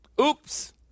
Oops